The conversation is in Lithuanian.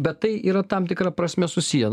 bet tai yra tam tikra prasme susiję